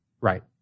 Right